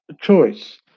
choice